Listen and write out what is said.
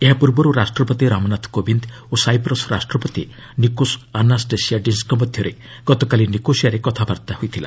ଏହାପ୍ରର୍ବରୁ ରାଷ୍ଟ୍ରପତି ରାମନାଥ କୋବିନ୍ଦ ଓ ସାଇପ୍ରସ୍ ରାଷ୍ଟ୍ରପତି ନିକୋସ ଆନାଷ୍ଟେସିଆଡିସ୍ଙ୍କ ମଧ୍ୟରେ ଗତକାଲି ନିକୋସିଆରେ କଥାବାର୍ତ୍ତା ହୋଇଥିଲା